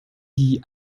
die